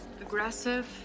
aggressive